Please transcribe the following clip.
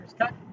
cut